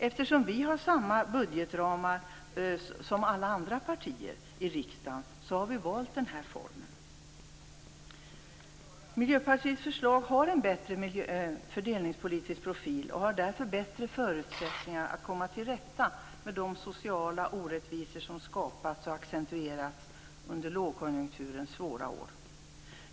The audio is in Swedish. Eftersom vi i Miljöpartiet har samma budgetramar som alla andra partier i riksdagen har vi valt denna form. Miljöpartiets förslag har en bättre fördelningspolitisk profil och innebär därför bättre förutsättningar att komma till rätta med de sociala orättvisor som skapats och accentuerats under lågkonjunkturens svåra år.